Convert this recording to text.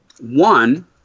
One